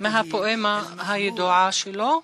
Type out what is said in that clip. מהפואמה הידועה שלו: